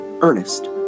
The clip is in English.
Ernest